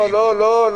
לא.